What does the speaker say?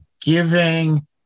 giving